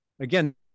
again